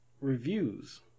reviews